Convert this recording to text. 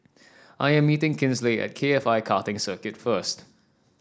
I am meeting Kinsley at K F I Karting Circuit first